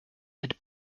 led